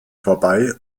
vorbei